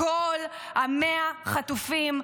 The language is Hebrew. כל 100 החטופים והחטופות,